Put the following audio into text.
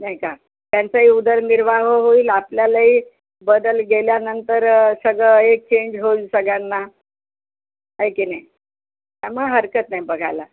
नाही का त्यांचंही उदरनिर्वाह होईल आपल्यालाही बदल गेल्यानंतर सगळं एक चेंज होईल सगळ्यांना होय की नाही त्यामुळे हरकत नाही बघायला